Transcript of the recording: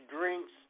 drinks